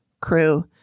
crew